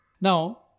Now